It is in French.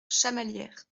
chamalières